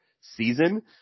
season